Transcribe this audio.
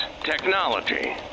technology